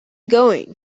going